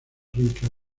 rica